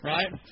Right